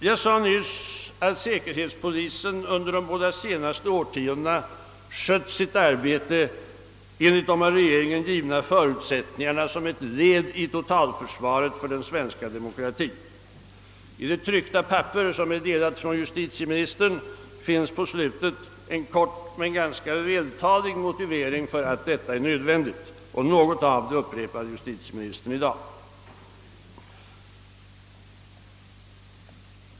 Jag sade nyss att säkerhetspolisen under de båda senaste årtiondena skött sitt arbete enligt de av regeringen givna förutsättningarna som ett led i totalförsvaret för den svenska demokratien. I det tryckta papper från justitieministern som är utdelat finns på slutet en kort men ganska vältalig motivering för att detta är nödvändigt och något av det upprepade justitieministern i dag.